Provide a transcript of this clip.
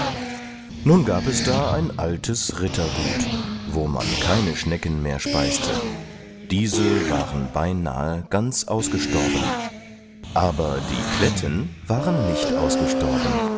nun gab es da ein altes rittergut wo man keine schnecken mehr speiste diese waren beinahe ganz ausgestorben aber die kletten waren nicht ausgestorben